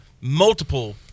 multiple